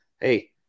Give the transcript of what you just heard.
hey